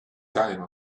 time